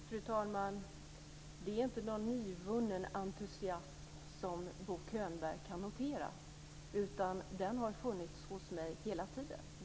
Fru talman! Det är inte någon nyvunnen entusiasm som Bo Könberg kan notera, utan den har funnits hos mig hela tiden.